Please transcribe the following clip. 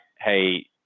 hey